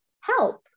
help